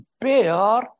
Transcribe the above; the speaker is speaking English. bear